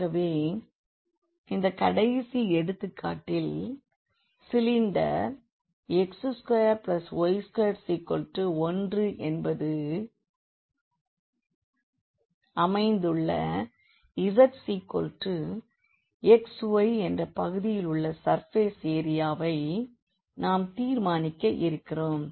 ஆகவே இந்த கடைசி எடுத்துக்காட்டிலே சிலிண்டர் x2y21 என்பது அமைந்துள்ளzxy என்ற பகுதியில் உள்ள சர்ஃபேஸ் ஏரியாவை நாம் தீர்மானிக்க இருக்கிறோம்